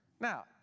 Now